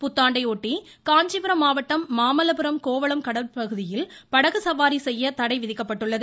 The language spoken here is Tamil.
புத்தாண்டை ஒட்டி காஞ்சிபுரம் மாவட்டம் மாமல்லபுரம் கோவளம் கடல்பகுதியில் படகு சவாரி செய்ய தடை விதிக்கப்பட்டுள்ளது